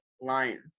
Lions